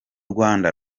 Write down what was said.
rwanda